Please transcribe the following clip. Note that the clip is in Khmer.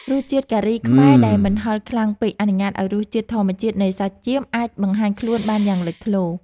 រសជាតិការីខ្មែរដែលមិនហឹរខ្លាំងពេកអនុញ្ញាតឱ្យរសជាតិធម្មជាតិនៃសាច់ចៀមអាចបង្ហាញខ្លួនបានយ៉ាងលេចធ្លោ។